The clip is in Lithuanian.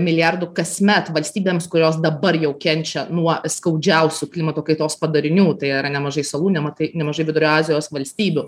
milijardų kasmet valstybėms kurios dabar jau kenčia nuo skaudžiausių klimato kaitos padarinių tai yra nemažai salų nematai nemažai vidurio azijos valstybių